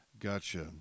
Gotcha